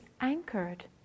anchored